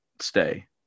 stay